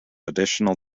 additional